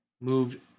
moved